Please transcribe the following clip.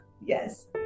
Yes